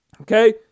Okay